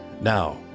Now